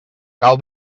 cal